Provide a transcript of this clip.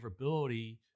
favorability